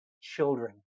children